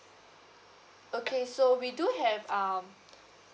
okay so we do have um